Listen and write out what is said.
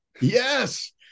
Yes